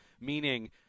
meaning